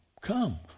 come